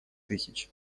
тысяч